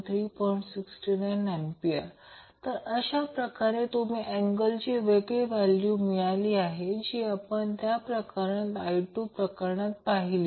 69A तर अशाप्रकारे तुम्हाला अँगल ची वेगळी व्हॅल्यू मिळाली जी आपण त्या I2 प्रकरणात पाहिली